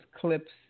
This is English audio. clips